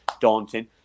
daunting